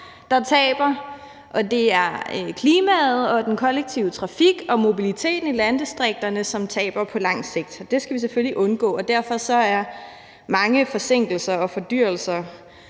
det, og det er klimaet, den kollektive trafik og mobiliteten i landdistrikterne, som taber på lang sigt. Det skal vi selvfølgelig undgå, og derfor er mange forsinkelser og fordyrelser